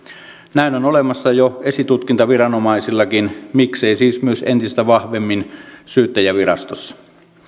näin on olemassa jo esitutkintaviranomaisillakin miksei siis myös entistä vahvemmin syyttäjävirastossa